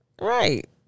Right